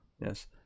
Yes